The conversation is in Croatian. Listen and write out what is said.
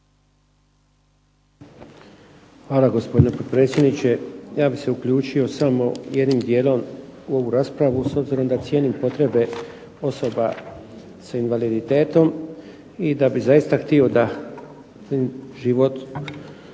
Hvala, gospodine potpredsjedniče. Ja bih se uključio samo jednim dijelom u ovu raspravu, s obzirom da cijenim potrebe osoba s invaliditetom i da bih zaista htio da im život